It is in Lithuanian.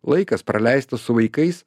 laikas praleistas su vaikais